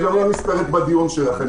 היא גם לא נספרת בדיון שלכם,